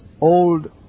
old